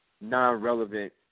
non-relevant